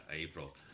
April